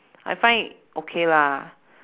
I find it okay lah